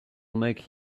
make